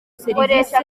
serivisi